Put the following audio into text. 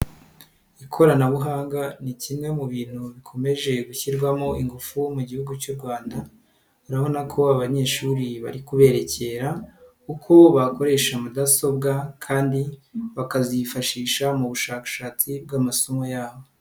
Ikoranabuhanga ni kimwe mu bintu bikomeje gushyirwamo ingufu mu gihugu cy'u Rwanda, urabona ko abanyeshuri bari kuberekera uko bakoresha mudasobwa kandi bakazifashisha mu bushakashatsi bw'amasomo yabo.